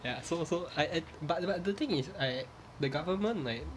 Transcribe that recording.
ya so so I I but the but the thing is I the government like